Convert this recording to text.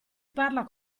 parla